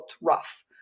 rough